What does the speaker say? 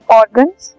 organs